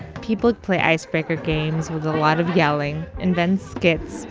people play icebreaker games with a lot of yelling and then skits